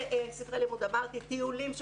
טיולים,